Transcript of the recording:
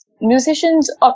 musicians